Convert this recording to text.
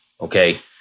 Okay